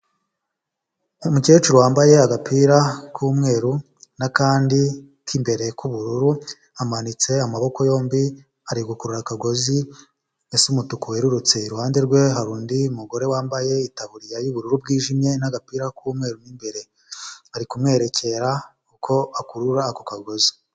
Umukecuru wambaye agapira k'umweru n'akandi k'imbere k'ubururu amanitse amaboko yombi arire gukurura akagozi gasa umutuku wererutse iruhande rwe hari undi mugore wambaye itaburiya y'uburu bwijimye n'agapira k'umweru n'imbere ari kumwerekera uko akurura ako kagozi.